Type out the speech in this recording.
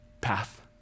path